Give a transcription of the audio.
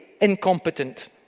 incompetent